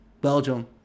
Belgium